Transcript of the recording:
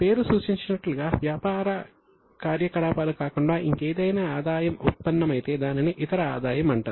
పేరు సూచించినట్లుగా వ్యాపార కార్యకలాపాలు కాకుండా ఇంకేదైనా ఆదాయం ఉత్పన్నమైతే దానిని ఇతర ఆదాయం అంటారు